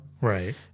right